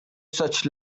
such